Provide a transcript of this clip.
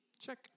Check